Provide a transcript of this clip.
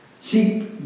See